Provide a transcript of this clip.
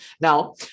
Now